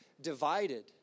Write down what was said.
divided